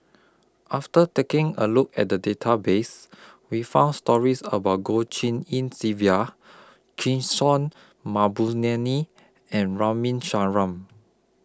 after taking A Look At The Database We found stories about Goh Tshin En Sylvia and Ramin